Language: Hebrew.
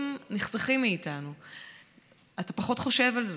דברים נחסכים מאיתנו, אתה פחות חושב על זה.